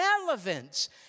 relevance